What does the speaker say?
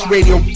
Radio